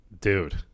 dude